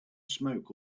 smoke